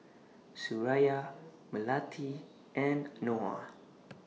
Suraya Melati and Noah